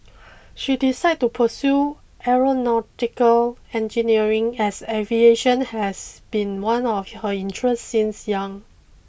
she decided to pursue Aeronautical Engineering as aviation has been one of her interests since young